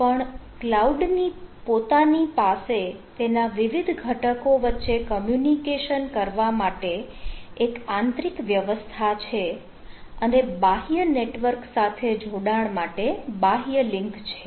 પણ કલાઉડ ની પોતાની પાસે તેના વિવિધ ઘટકો વચ્ચે કમ્યુનિકેશન કરવા માટે એક આંતરિક વ્યવસ્થા છે અને બાહ્ય નેટવર્ક સાથે જોડાણ માટે બાહ્ય લિન્ક છે